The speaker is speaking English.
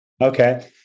Okay